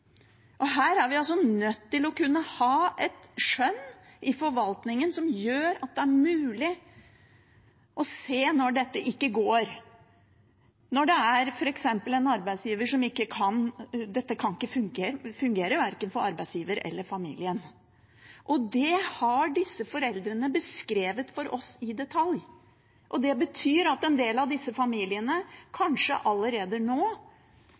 Her er vi nødt til å ha et skjønn i forvaltningen som gjør det mulig å se når dette ikke går, når det f.eks. ikke kan fungere – verken for arbeidsgiver eller for familien. Det har disse foreldrene beskrevet for oss i detalj. Det betyr at en del av disse familiene kanskje allerede nå